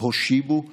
ההסתייגות (29)